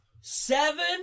Seven